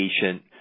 patient